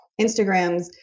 Instagrams